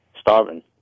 Starving